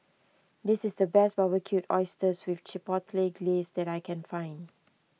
this is the best Barbecued Oysters with Chipotle Glaze that I can find